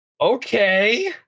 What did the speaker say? Okay